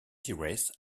terrace